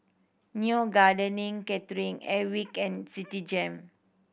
Neo Gardening Catering Airwick and Citigem